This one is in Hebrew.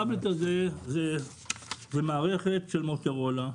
הטאבלט הזה זה מערכת של מוטורולה,